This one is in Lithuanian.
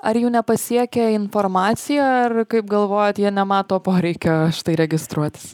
ar jų nepasiekia informacija ar kaip galvojat jie nemato poreikio štai registruotis